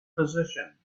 position